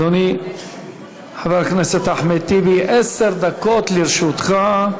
אדוני חבר הכנסת אחמד טיבי, עשר דקות לרשותך.